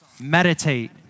meditate